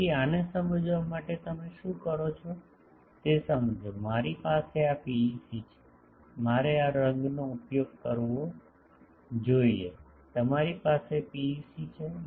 તેથી આને સમજવા માટે તમે શું કરો છો તે સમજો મારી પાસે આ પીઈસી છે મારે આ રંગનો ઉપયોગ કરવો જોઈએ તમારી પાસે પીઈસી છે